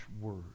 word